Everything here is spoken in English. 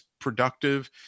productive